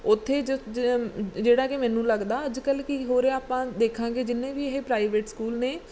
ਉੱਥੇ ਜਿਹੜਾ ਕਿ ਮੈਨੂੰ ਲੱਗਦਾ ਅੱਜ ਕੱਲ੍ਹ ਕੀ ਹੋ ਰਿਹਾ ਆਪਾਂ ਦੇਖਾਂਗੇ ਜਿੰਨੇ ਵੀ ਇਹ ਪ੍ਰਾਈਵੇਟ ਸਕੂਲ ਨੇ